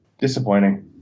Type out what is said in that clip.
disappointing